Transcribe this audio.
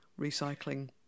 recycling